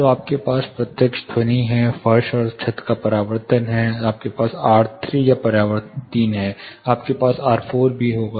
तो यह आपके पास प्रत्यक्ष ध्वनि है फर्श और छत का परावर्तन तो आपके पास R3 या परावर्तन 3 है आपके पास R4 होगा